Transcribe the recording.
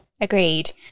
Agreed